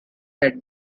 had